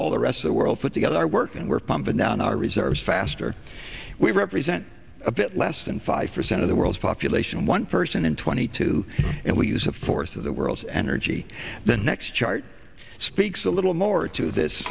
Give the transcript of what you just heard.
all the rest of the world put together our work and we're pumping down our reserves faster we represent a bit less than five percent of the world's population one person in twenty two and we use of force of the world's energy the next chart speaks a little more to this